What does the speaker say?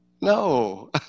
no